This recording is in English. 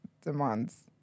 demands